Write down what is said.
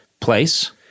place